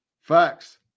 Facts